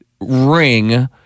ring